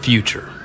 Future